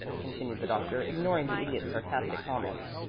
continued the doctor, ignoring the idiot's sarcastic comments.